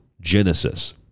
genesis